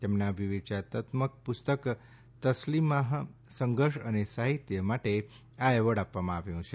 તેમના વિવેચનાત્મક પુસ્તક તસ્લીમા સંઘર્ષ અને સાહિત્ય માટે આ એવોર્ડ આપવામાં આવ્યો છે